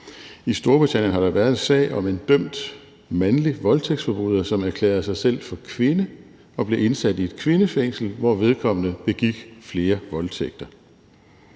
I Storbritannien har der været en sag om en dømt mandlig voldtægtsforbryder, som erklærede sig selv for kvinde og blev indsat i et kvindefængsel, hvor vedkommende begik flere voldtægter.